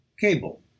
Cable